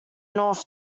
north